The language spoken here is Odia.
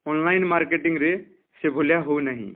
ଅନ୍ଲାଇନ୍ ମାର୍କେଟିଂରେ ସେ ଭଳିଆ ହେଉନାହିଁ